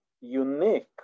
unique